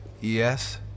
Yes